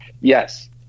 Yes